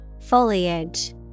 foliage